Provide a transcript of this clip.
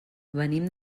venim